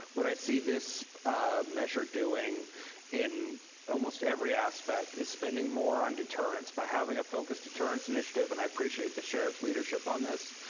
what i see this measure doing in almost every aspect is spending more on deterrence by having a focused deterrence initiative. and i appreciate the sheriff's leadership on this.